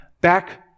back